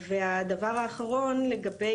תסבירי